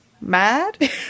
Mad